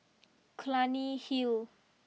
Clunny Hill